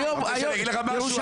אנחנו מסכימים איתכם,